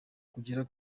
kugera